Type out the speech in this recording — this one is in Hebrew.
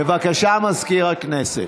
בבקשה, מזכיר הכנסת.